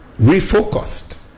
refocused